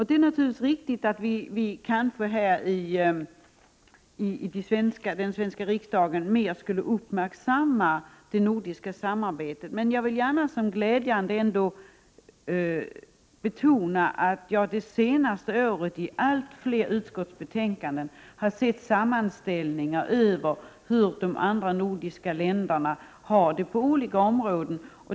Det är kanske riktigt att vi här i den svenska riksdagen mera skulle uppmärksamma det nordiska samarbetet. Men jag vill notera som glädjande att jag under det senaste året i allt fler utskottsbetänkanden har sett sammanställningar över hur de andra nordiska länderna har det på olika områden.